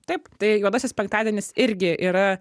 taip tai juodasis penktadienis irgi yra